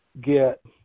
get